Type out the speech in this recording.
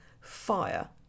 fire